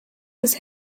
his